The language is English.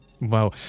Wow